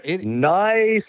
Nice